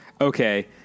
okay